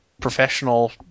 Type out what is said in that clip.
professional